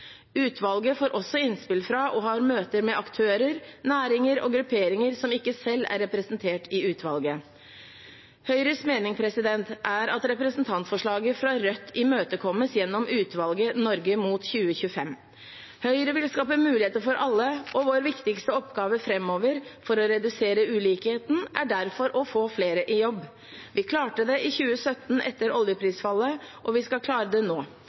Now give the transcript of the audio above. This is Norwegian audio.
Utvalget får også innspill fra og har møter med aktører, næringer og grupperinger som ikke selv er representert i utvalget. Høyres mening er at representantforslaget fra Rødt imøtekommes gjennom utvalget Norge mot 2025. Høyre vil skape muligheter for alle, og vår viktigste oppgave framover for å redusere ulikheten er derfor å få flere i jobb. Vi klarte det i 2017 etter oljeprisfallet, og vi skal klare det nå.